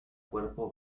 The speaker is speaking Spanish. cuerpo